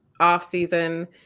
offseason